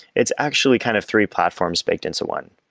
it's actually kind of three platforms baked into one.